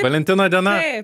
valentino diena